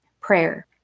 Prayer